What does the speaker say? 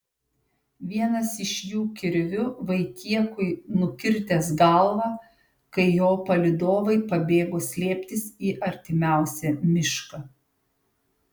vienas iš jų kirviu vaitiekui nukirtęs galvą kai jo palydovai pabėgo slėptis į artimiausią mišką